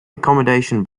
accommodation